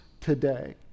today